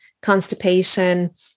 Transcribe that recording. constipation